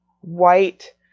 white